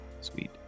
sweet